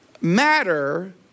matter